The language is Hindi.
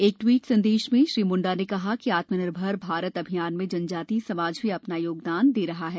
एक ट्विट सन्देश में श्री मुंडा ने कहा कि आत्मनिर्भर भारत अभियान में जनजातीय समाज भी अपना योगदान दे रहा है